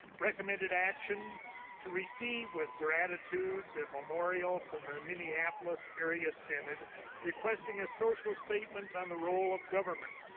recommended action to receive with gratitude the memorial from the minneapolis area synod requesting a social statement on the role of government,